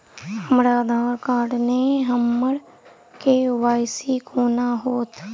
हमरा आधार कार्ड नै अई हम्मर के.वाई.सी कोना हैत?